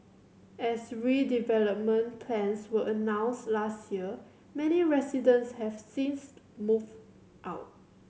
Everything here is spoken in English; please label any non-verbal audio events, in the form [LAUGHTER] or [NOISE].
as redevelopment plans were announced last year many residents have since [UNINTELLIGIBLE] moved out